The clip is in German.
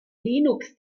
linux